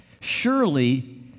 Surely